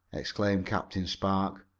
exclaimed captain spark.